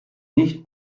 nicht